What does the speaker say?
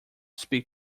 speak